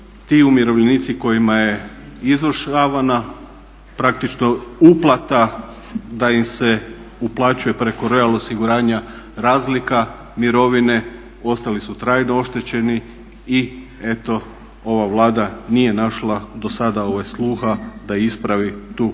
ti umirovljenicima kojima je izvršavana praktično uplata da im se uplaćuje preko royal osiguranja razlika mirovine ostali su trajno oštećeni. I eto, ova Vlada nije našla do sada sluha da ispravi tu